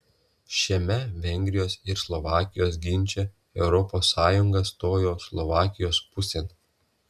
šiame vengrijos ir slovakijos ginče europos sąjunga stojo slovakijos pusėn